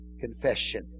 confession